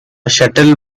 shuttle